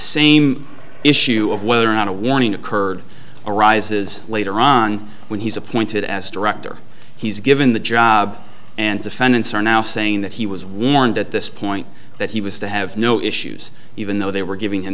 same issue of whether or not a warning occurred arises later on when he's appointed as director he's given the job and defendants are now saying that he was warned at this point that he was to have no issues even though they were giving him